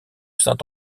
saint